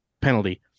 penalty